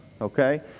okay